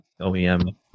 OEM